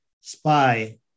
spy